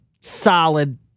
solid